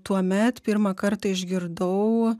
tuomet pirmą kartą išgirdau